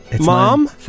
mom